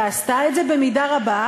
ועשתה את זה במידה רבה,